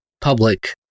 public